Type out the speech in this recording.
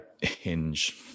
hinge